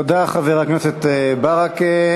תודה, חבר הכנסת ברכה.